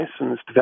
licensed